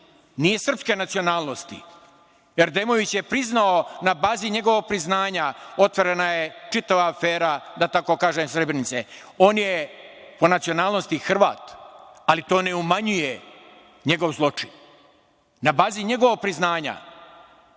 nije srpske nacionalnosti, Erdemović je priznao, na bazi njegovog priznanja otvorena je čitava afera, da tako kažem, Srebrenice. On je po nacionalnosti Hrvat, ali to ne umanjuje njegov zločin. Na bazi njegovog priznanja